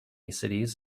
cities